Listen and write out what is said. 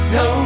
no